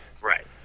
right